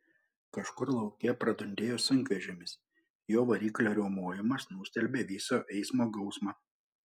kažkur lauke pradundėjo sunkvežimis jo variklio riaumojimas nustelbė viso eismo gausmą